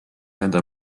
nende